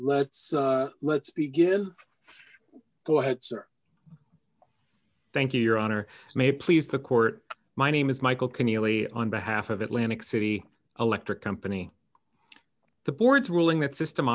let's let's begin go ahead sir thank you your honor may please the court my name is michael can you only on behalf of atlantic city electric company the board's ruling that system